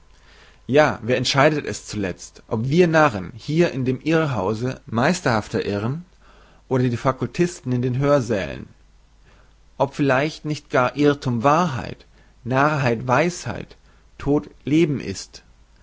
ja wer entscheidet es zulezt ob wir narren hier in dem irrhause meisterhafter irren oder die fakultisten in den hörsälen ob vielleicht nicht gar irrthum wahrheit narrheit weisheit tod leben ist